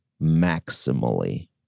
maximally